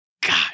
God